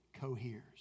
coheres